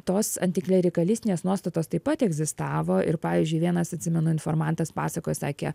tos antiklerikalinės nuostatos taip pat egzistavo ir pavyzdžiui vienas atsimenu informantas pasakojo sakė